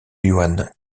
juan